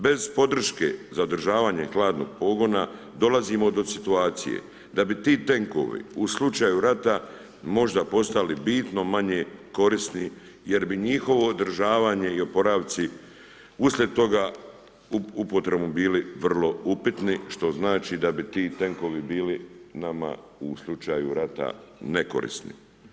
Bez podrške za održavanje hladnog pogona dolazimo do situacije da bi ti tenkovi u slučaju rata možda postali bitno manje korisni jer bi njihovo održavanje i oporavci uslijed toga upotrebom bili vrlo upitni što znači da bi ti tenkovi bili nama u slučaju rata nekorisni.